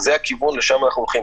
זה הכיוון לשם אנחנו הולכים.